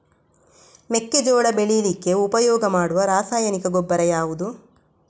ಮೆಕ್ಕೆಜೋಳ ಬೆಳೀಲಿಕ್ಕೆ ಉಪಯೋಗ ಮಾಡುವ ರಾಸಾಯನಿಕ ಗೊಬ್ಬರ ಯಾವುದು?